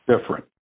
different